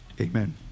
Amen